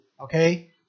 Okay